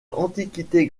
antiquité